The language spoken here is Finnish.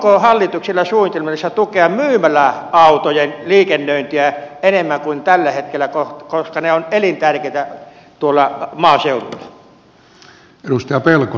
onko hallituksella suunnitelmissa tukea myymäläautojen liikennöintiä enemmän kuin tällä hetkellä koska ne ovat elintärkeitä tuolla maaseudulla